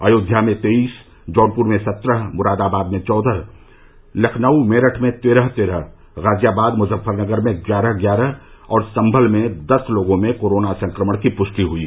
अयोध्या में तेईस जौनपुर में सत्रह मुरादाबाद में चौदह लखनऊ मेरठ में तेरह तेरह गाजियाबाद मुजफ्फरनगर में ग्यारह ग्यारह और संभल में दस लोगों में कोरोना संक्रमण की पुष्टि हुयी